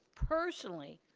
personally,